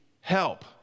help